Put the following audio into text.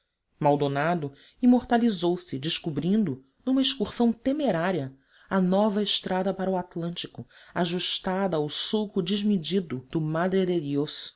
amazonas maldonado imortalizou se descobrindo numa excursão temerária a nova estrada para o atlântico ajustada ao sulco desmedido